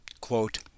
quote